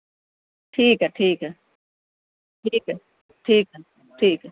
ٹھیک ہے ٹھیک ہے ٹھیک ہے ٹھیک ہے ٹھیک